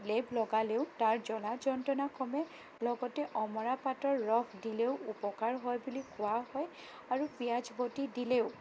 লেপ লগালেও তাৰ জলা যন্ত্ৰণা কমে লগতে অমৰা পাতৰ ৰস দিলেও উপকাৰ হয় বুলি কোৱা হয় আৰু পিয়াঁজ বটি দিলেও